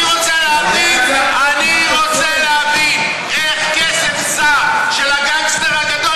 אני רוצה להבין איך כסף זר של הגנגסטר הגדול